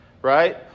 right